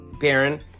Baron